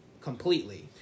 completely